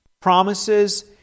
promises